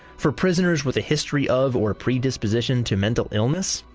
for prisoners with a history of or predisposition to mental illness,